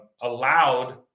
allowed